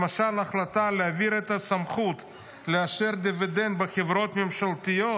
למשל ההחלטה להעביר את הסמכות לאשר דיבידנד בחברות ממשלתיות